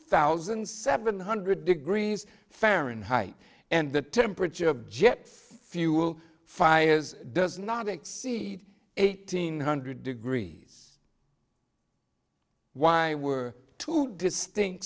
thousand seven hundred degrees fahrenheit and the temperature of jet fuel fires does not exceed eighteen hundred degrees why were two distinct